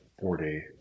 four-day